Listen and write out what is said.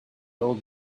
old